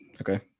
Okay